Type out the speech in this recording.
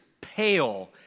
pale